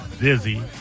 Dizzy